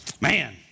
man